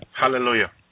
Hallelujah